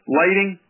lighting